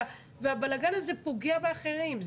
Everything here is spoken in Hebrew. והבלגאן הזה פוגע באחרים.